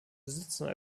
besitzern